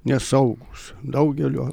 nesaugūs daugelio